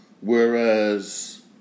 Whereas